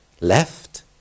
left